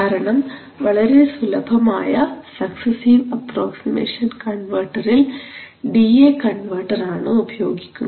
കാരണം വളരെ സുലഭമായ സക്സസീവ് അപ്രോക്സിമേഷൻ കൺവെർട്ടറിൽ ഡി എ കൺവെർട്ടർ ആണ് ഉപയോഗിക്കുന്നത്